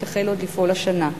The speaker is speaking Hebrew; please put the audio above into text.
והיא תחל לפעול עוד השנה.